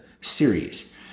series